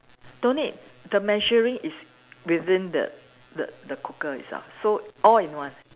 don't need the measuring is within the the the cooker itself so all in one